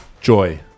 joy